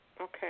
Okay